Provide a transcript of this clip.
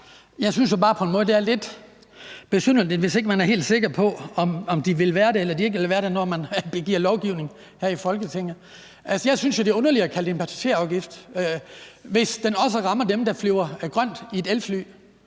Jeg synes jo bare på en måde, det er lidt besynderligt, hvis ikke man er helt sikker på, om de vil være det, eller de ikke vil være det, når man begiver sig ud i lovgivning her i Folketinget. Jeg synes jo, det er underligt at kalde det en passagerafgift, hvis den også rammer dem, der flyver grønt i et elfly.